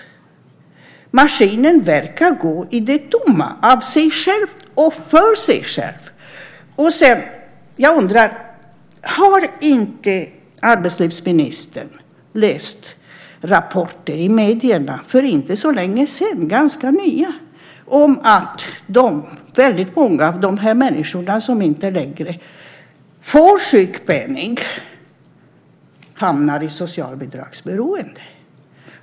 Maskinen verkar gå i det tomma, av sig själv och för sig själv. Jag undrar om inte arbetslivsministern har läst rapporter i medierna för inte så länge sedan om att väldigt många av de här människorna som inte längre får sjukpenning hamnar i socialbidragsberoende.